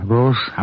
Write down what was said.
Rose